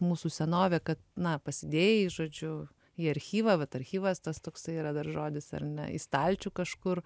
mūsų senovė kad na pasidėjai žodžiu į archyvą vat archyvas tas toksai yra dar žodis ar ne į stalčių kažkur